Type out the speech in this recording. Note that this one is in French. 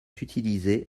utilisée